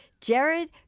Jared